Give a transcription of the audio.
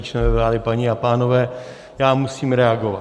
Členové vlády, paní a pánové, já musím reagovat.